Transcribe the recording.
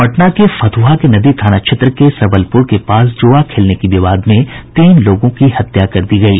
पटना के फतुहा के नदी थाना क्षेत्र के सबलपुर के पास जूआ खेलने के विवाद में तीन लोगों की हत्या कर दी गयी